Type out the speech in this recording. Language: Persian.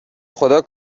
خدا